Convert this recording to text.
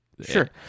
Sure